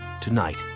Tonight